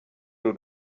uru